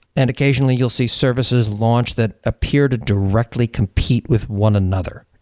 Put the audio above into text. and occasionally you'll see services launch that appear to directly compete with one another,